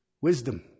wisdom